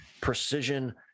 precision